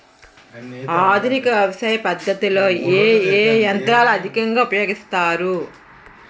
ఆధునిక వ్యవసయ పద్ధతిలో ఏ ఏ యంత్రాలు అధికంగా ఉపయోగిస్తారు?